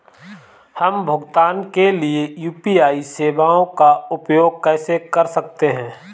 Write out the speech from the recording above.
हम भुगतान के लिए यू.पी.आई सेवाओं का उपयोग कैसे कर सकते हैं?